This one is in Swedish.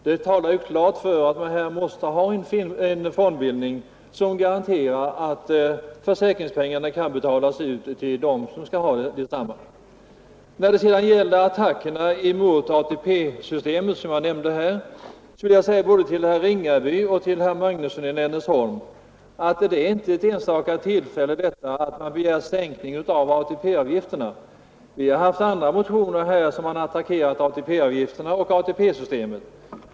Detta talar klart för att vi måste ha en fondbildning som garanterar att försäkringspengarna kan betalas ut till dem som skall ha dem. När det sedan gäller attackerna mot ATP-systemet, som jag nämnde, vill jag till både herr Ringaby och herr Magnusson i Nennesholm säga att denna begäran om sänkning av ATP-avgifterna inte bara har skett vid något enstaka tillfälle. Det har förekommit andra motioner som attackerat ATP-avgifterna och ATP-systemet.